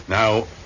Now